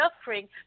suffering